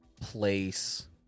place